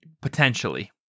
Potentially